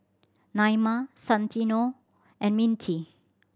Naima Santino and Mintie